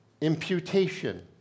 imputation